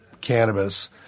cannabis